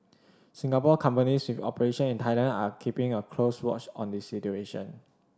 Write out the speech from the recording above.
Singapore companies with operations in Thailand are keeping a close watch on the situation